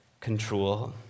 control